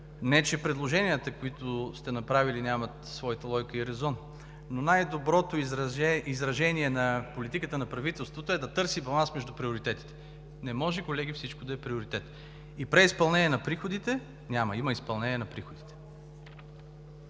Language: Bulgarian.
Не че предложенията, които сте направили, нямат своя логиката и резон, но най-доброто изражение на политиката на правителството е да търси баланс между приоритетите. Не може, колеги, всичко да е приоритет. И преизпълнение на приходите – няма, има изпълнение на приходите.